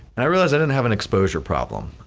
and i realize i don't have an exposure problem,